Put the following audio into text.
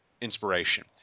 inspiration